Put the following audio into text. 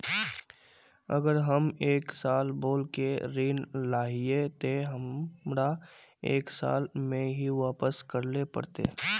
अगर हम एक साल बोल के ऋण लालिये ते हमरा एक साल में ही वापस करले पड़ते?